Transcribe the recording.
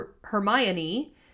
Hermione